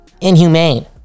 Inhumane